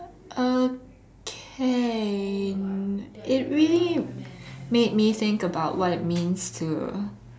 okay it really made me think about what it means to